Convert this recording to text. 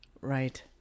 Right